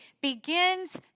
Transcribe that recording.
begins